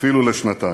אפילו לשנתיים,